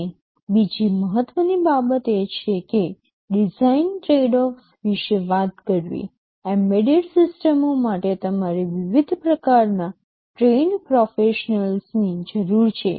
અને બીજી મહત્ત્વની બાબત એ છે કે ડિઝાઇન ટ્રેડઓફ્સ વિશે વાત કરવી એમ્બેડેડ સિસ્ટમો માટે તમારે વિવિધ પ્રકારના ટ્રેઈન્ડ પ્રોફેશનલ્સની જરૂર છે